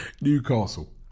Newcastle